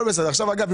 אגב,